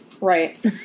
right